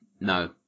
No